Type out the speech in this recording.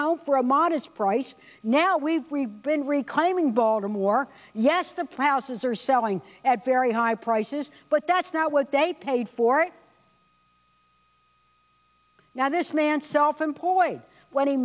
house for a modest price now we've been reclaiming baltimore yes the plows are selling at very high prices but that's not what they paid for it now this man self employed when he